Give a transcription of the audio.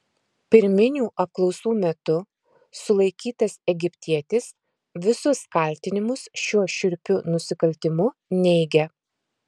pirminių apklausų metu sulaikytas egiptietis visus kaltinimus šiuo šiurpiu nusikaltimu neigia